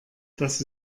das